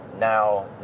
Now